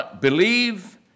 believe